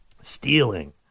Stealing